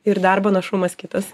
ir darbo našumas kitas